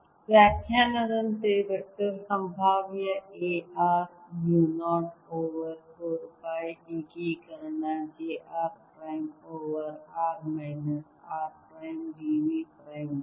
Rdθ ವ್ಯಾಖ್ಯಾನದಂತೆ ವೆಕ್ಟರ್ ಸಂಭಾವ್ಯ A r mu 0 over 4 pi ಏಕೀಕರಣ j r prime over r minus r prime d v prime